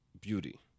beauty